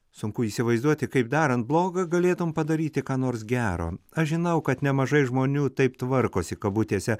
sunku įsivaizduoti kaip darant bloga galėtum padaryti ką nors gero aš žinau kad nemažai žmonių taip tvarkosi kabutėse